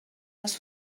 les